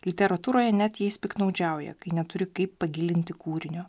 literatūroje net jais piktnaudžiauja kai neturi kaip pagilinti kūrinio